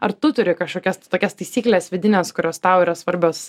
ar tu turi kažkokias tai tokias taisykles vidines kurios tau yra svarbios